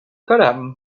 caram